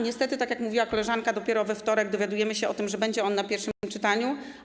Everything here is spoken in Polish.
Niestety, tak jak mówiła koleżanka, dopiero we wtorek dowiedzieliśmy się o tym, że odbędzie się pierwsze czytanie.